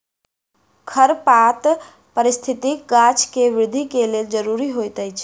खरपात पारिस्थितिकी गाछ के वृद्धि के लेल ज़रूरी होइत अछि